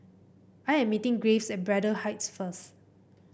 I am meeting Graves at Braddell Heights first